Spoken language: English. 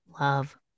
love